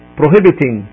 prohibiting